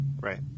Right